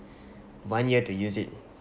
one year to use it